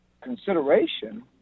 consideration